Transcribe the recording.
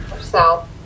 South